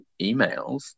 emails